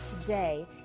today